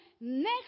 next